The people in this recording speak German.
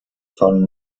von